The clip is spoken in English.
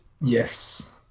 Yes